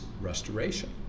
restoration